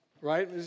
right